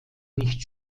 nicht